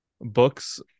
books